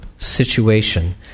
situation